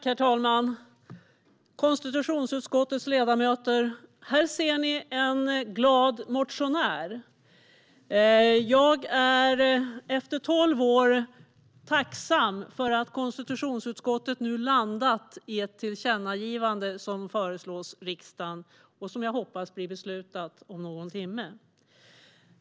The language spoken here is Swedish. Herr talman! Konstitutionsutskottets ledamöter! Här ser ni en glad motionär. Jag är efter tolv år tacksam för att konstitutionsutskottet nu har landat i ett tillkännagivande som föreslås riksdagen. Jag hoppas att vi ska besluta om det om en timme.